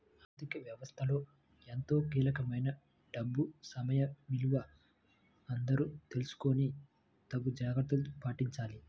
ఆర్ధిక వ్యవస్థలో ఎంతో కీలకమైన డబ్బు సమయ విలువ అందరూ తెలుసుకొని తగు జాగర్తలు పాటించాలి